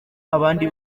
abandi